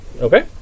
Okay